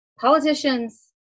politicians